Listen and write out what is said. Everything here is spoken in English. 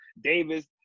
Davis